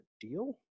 deal